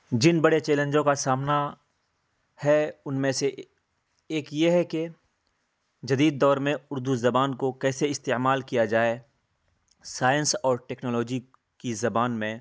جن بڑے چیلنجوں کا سامنا ہے ان میں سے ایک یہ ہے کہ جدید دور میں اردو زبان کو کیسے استعمال کیا جائے سائنس اور ٹیکنالوجی کی زبان میں